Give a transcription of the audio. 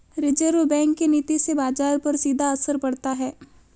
reserve bank के नीति से बाजार पर सीधा असर पड़ता है